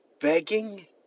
begging